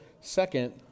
second